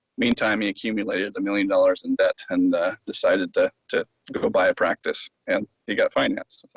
meantime he accumulated a million dollars in debt and decided to to go buy a practice and he got financed.